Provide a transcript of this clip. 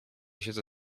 siedzę